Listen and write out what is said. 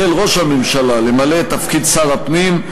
החל ראש הממשלה למלא את תפקיד שר הפנים,